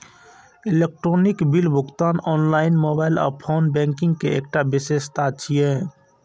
electronic bill भुगतान online, mobile आ phone banking के एकटा विशेषता छियै